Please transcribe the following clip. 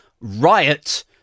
riot